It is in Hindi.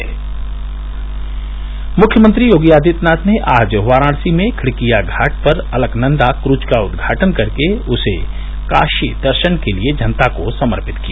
से से मुख्यमंत्री वाराणसी मुख्यमंत्री योगी आदित्यनाथ ने आज वाराणसी में खिड़किया घाट पर अलकनंदा क्रूज का उद्घाटन कर के उसे काशी दर्शन के लिए जनता को समर्पित किया